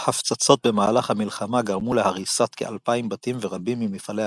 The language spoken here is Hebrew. ההפצצות במהלך המלחמה גרמו להריסת כ-2,000 בתים ורבים ממפעלי הרכב,